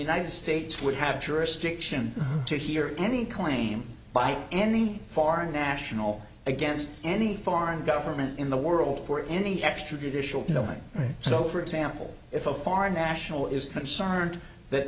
united states would have jurisdiction to hear any claim by any foreign national against any foreign government in the world or any extra judicial nominee so for example if a foreign national is concerned that